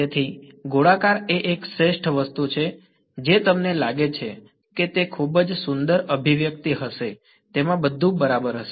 તેથી ગોળાકાર એ એક શ્રેષ્ઠ વસ્તુ છે જે તમને લાગે છે કે તે ખૂબ જ સુંદર અભિવ્યક્તિ હશે તેમાં બધું બરાબર હશે